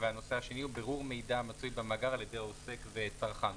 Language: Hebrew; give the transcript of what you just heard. והנושא השני הוא בירור מידע המצוי במאגר על ידי עוסק וצרכן.